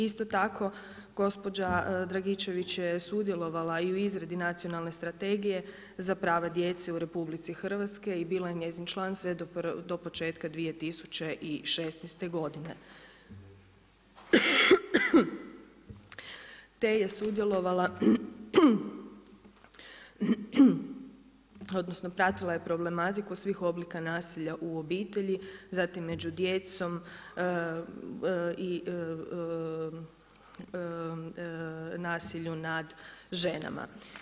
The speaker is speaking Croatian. Isto tako gospođa Dragičević je sudjelovala i u izradi Nacionalne strategije za prava djece u RH i bila je njezin član sve do početka 2016. godine te je sudjelovala odnosno pratila je problematiku svih oblika nasilja u obitelji, zatim među djecom nasilju nad ženama.